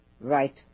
right